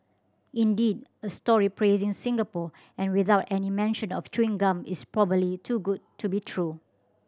indeed a story praising Singapore and without any mention of chewing gum is probably too good to be true